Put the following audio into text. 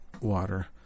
water